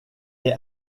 est